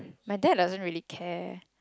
my dad doesn't really care